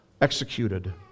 executed